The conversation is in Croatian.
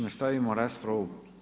Nastavimo raspravu.